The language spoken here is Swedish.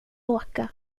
åka